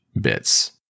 bits